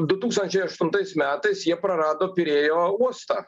du tūkstančiai aštuntais metais jie prarado pirėjo uostą